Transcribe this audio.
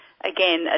Again